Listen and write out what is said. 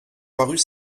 parut